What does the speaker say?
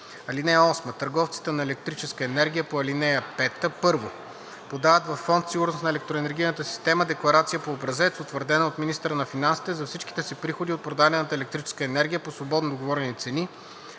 месец. (8) Търговците на електрическа енергия по ал. 5: 1. подават във Фонд „Сигурност на електроенергийната система“ декларация по образец, утвърдена от министъра финансите, за всичките си приходи от продадена електрическа енергия по свободно договорени цени,